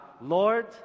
Lord